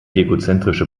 egozentrische